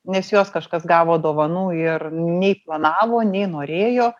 nes juos kažkas gavo dovanų ir nei planavo nei norėjo